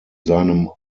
seinem